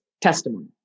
testimony